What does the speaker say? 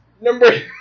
Number